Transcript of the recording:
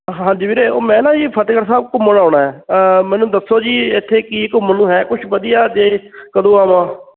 ਹਾਂਜੀ ਵੀਰੇ ਉਹ ਮੈਂ ਨਾ ਜੀ ਫਤਿਹਗੜ੍ਹ ਸਾਹਿਬ ਘੁੰਮਣ ਆਉਣਾ ਮੈਨੂੰ ਦੱਸੋ ਜੀ ਇੱਥੇ ਕੀ ਘੁੰਮਣ ਨੂੰ ਹੈ ਕੁਛ ਵਧੀਆ ਜੇ ਕਦੋਂ ਆਵਾਂ